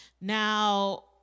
Now